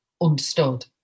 understood